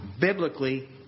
biblically